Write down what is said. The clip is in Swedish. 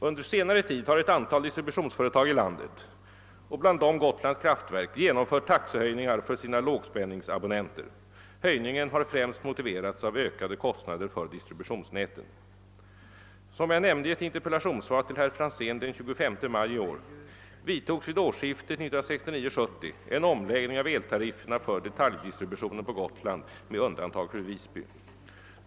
Under senare tid har ett antal distributionsföretag i landet — bl.a. Gotlands kraftverk — genomfört taxehöjningar för sina lågspänningsabonnenter. Höjningarna har främst motiverats av ökade kostnader för distributionsnäten. Som jag nämnde i ett interpellationssvar till herr Franzén den 15 maj i år vidtogs vid årsskiftet 1969—1970 en omläggning av eltarifferna för detaljdistributionen på Gotland med undantag för Visby.